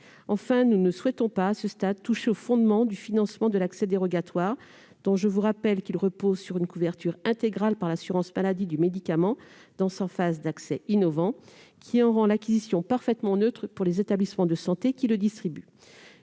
Enfin, nous ne souhaitons pas, à ce stade, toucher aux fondements du financement de l'accès dérogatoire. Rappelons que ce financement repose sur une couverture intégrale par l'assurance maladie du médicament dans sa phase d'accès innovant, ce qui en rend l'acquisition parfaitement neutre pour les établissements de santé qui le distribuent.